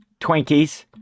Twinkies